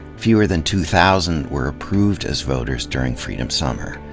fewer than two thousand were approved as voters during freedom summer.